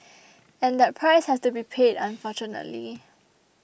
and that price has to be paid unfortunately